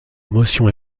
motion